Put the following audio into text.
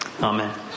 Amen